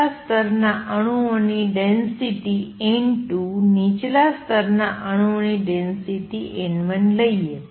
ઉપલા સ્તરના અણુઓની ડેંસિટી n2 નીચલા સ્તરના અણુઓની ડેંસિટી n1 લઈએ